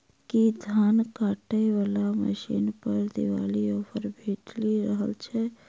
की धान काटय वला मशीन पर दिवाली ऑफर भेटि रहल छै?